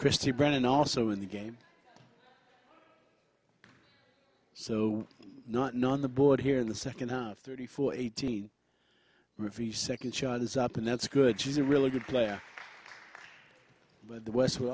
christine brennan also in the game so not know on the board here in the second half thirty four eighteen if the second child is up and that's good she's a really good player but the west w